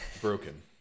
broken